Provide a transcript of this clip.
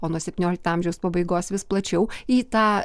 o nuo septyniolikto amžiaus pabaigos vis plačiau į tą